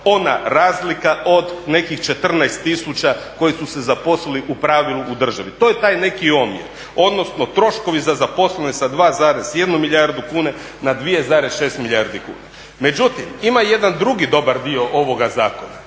ona razlika od nekih 14 tisuća koji su se zaposlili u pravilu u državi. To je taj neki omjer, odnosno troškovi za zaposlene sa 2,1 milijardu kuna na 2,6 milijardi kuna. Međutim, ima jedan drugi dobar dio ovoga zakona